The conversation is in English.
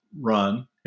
run